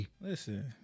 Listen